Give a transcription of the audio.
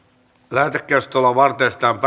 lähetekeskustelua varten esitellään